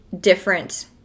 different